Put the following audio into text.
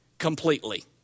Completely